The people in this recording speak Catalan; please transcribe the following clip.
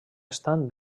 estan